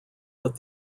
but